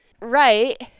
right